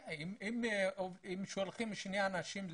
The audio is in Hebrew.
אם שולחים שני אנשים לאתיופיה,